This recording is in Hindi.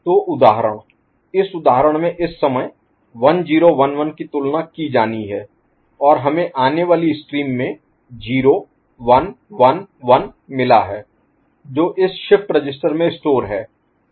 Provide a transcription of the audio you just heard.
तो उदाहरण इस उदाहरण में इस समय 1 0 1 1 की तुलना की जानी है और हमें आने वाली स्ट्रीम में 0 1 1 1 मिला है जो इस शिफ्ट रजिस्टर में स्टोर है